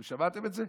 אתם שמעתם את זה?